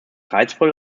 reizvoll